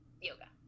yoga